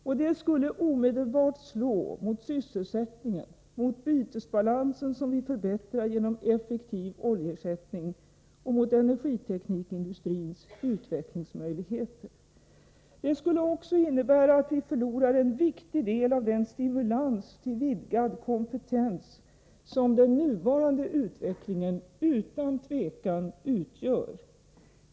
Och det skulle omedelbart slå mot sysselsättningen, mot bytesbalansen, som vi förbättrar genom effektiv oljeersättning, och mot energiteknikindustrins utvecklingsmöjligheter. Det skulle också innebära att vi förlorar en viktig del av den stimulans till vidgad kompetens som den nuvarande utvecklingen utan tvivel utgör.